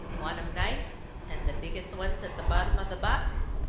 want em nice, and the biggest ones at the bottom of the box?